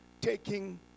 taking